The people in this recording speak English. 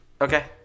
Okay